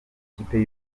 ikipe